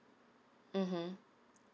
mmhmm